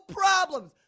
problems